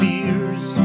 Fears